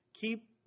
Keep